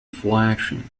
flashing